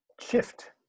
shift